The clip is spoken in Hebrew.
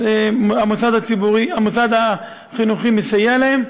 אז המוסד החינוכי מסייע להן.